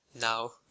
Now